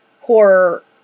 horror